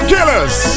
Killers